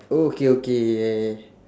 oh okay okay yeah yeah